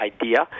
Idea